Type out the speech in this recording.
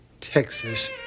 Texas